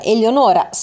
Eleonora